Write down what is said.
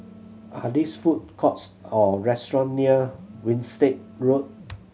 are these food courts or restaurant near Winstedt Road